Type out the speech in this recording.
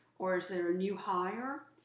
or is there a new hire,